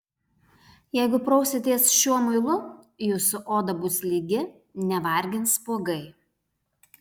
jeigu prausitės šiuo muilu jūsų oda bus lygi nevargins spuogai